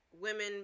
women